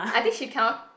I think she cannot